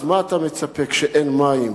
למה אתה מצפה כשאין מים?